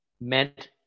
meant